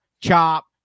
chop